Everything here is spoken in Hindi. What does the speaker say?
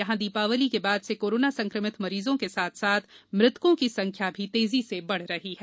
यहां दीपावली के बाद से कोरोना संक्रमित मरीजों के साथ साथ मृतकों की संख्या भी तेजी से बढ़ रही है